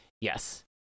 Yes